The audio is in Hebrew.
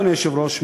אדוני היושב-ראש,